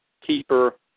keeper